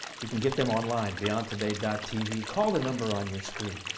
you can get them online, beyondtoday tv. call the number on your screen.